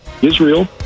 Israel